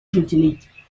жителей